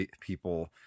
people